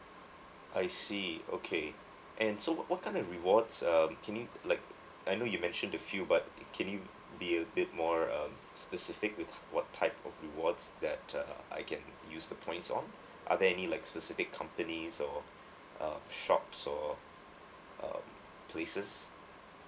I see okay and so what kind of rewards uh can you like I know you mentioned the few but can you be a bit more um specific with what type of rewards that's uh I can use the points on are there any like specific companies or uh shops or um places